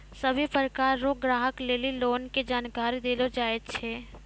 सभ्भे प्रकार रो ग्राहक लेली लोन के जानकारी देलो जाय छै